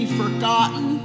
forgotten